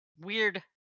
weird